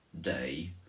day